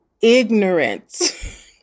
ignorance